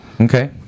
Okay